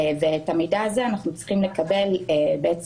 ואת המידע הזה אנחנו צריכים לקבל מפקע"ר,